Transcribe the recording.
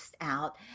out